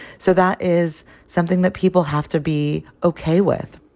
so that is something that people have to be ok with